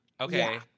Okay